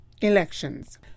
elections